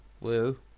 Woo